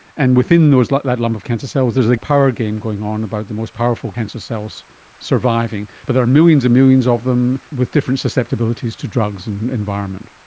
and within like that lump of cancer cells there's a power game going on about the most powerful cancer cells surviving, but there are millions and millions of them with different susceptibilities to drugs and environment.